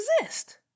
exist